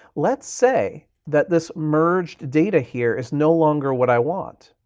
let's say that this merged data here is no longer what i want.